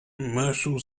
commercial